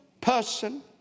person